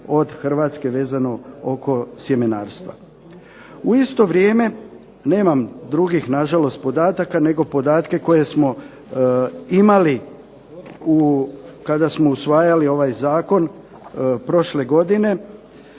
U isto vrijeme nemam na žalost drugih podataka nego podatke koje smo imali kada smo usvajali ovaj Zakon prošle godine,